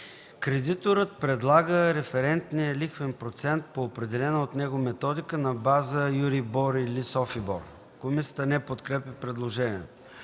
Кредиторът прилага референтния лихвен процент, по определена от него методика, на база Euribor или Софибор”. Комисията не подкрепя предложението.